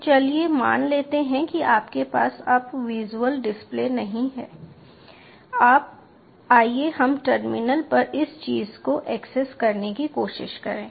तो चलिए मान लेते हैं कि आपके पास अब विज़ुअल डिस्प्ले नहीं है आइए हम टर्मिनल पर इस चीज़ को एक्सेस करने की कोशिश करें